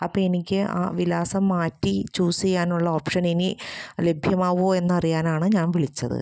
അപ്പോൾ എനിക്ക് ആ വിലാസം മാറ്റി ചൂസ് ചെയ്യാനുള്ള ഓപ്ഷനിനി ലഭ്യമാകുമോ എന്നറിയാനാണ് ഞാൻ വിളിച്ചത്